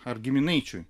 ar giminaičiui